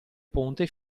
ponte